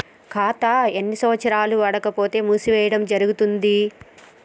ఖాతా ఎన్ని సంవత్సరాలు వాడకపోతే మూసివేయడం జరుగుతుంది?